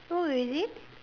oh is it